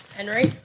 Henry